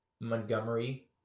Montgomery